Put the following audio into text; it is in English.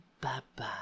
Bye-bye